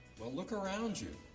well, look around you.